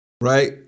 right